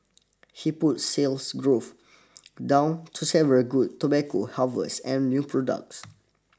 he put sales growth down to several good tobacco harvests and new products